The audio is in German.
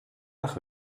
nach